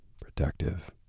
protective